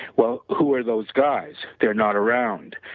well, who are those guys? they are not around.